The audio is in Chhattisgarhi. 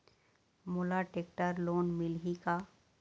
मोला टेक्टर लोन मिलही का?